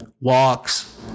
walks